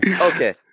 Okay